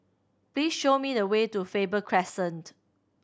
please show me the way to Faber Crescent